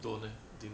don't eh didn't eh